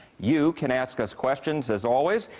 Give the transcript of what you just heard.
you can ask us questions as always.